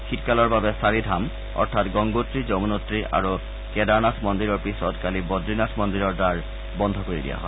শীতকালৰ বাবে চাৰি ধাম অৰ্থাৎ গংগোত্ৰি যমুনোত্ৰী আৰু কেডাৰনাথ মন্দিৰৰ পিছত কালি বদ্ৰীনাথ মন্দিৰৰ দ্বাৰ বন্ধ কৰি দিয়া হয়